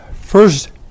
first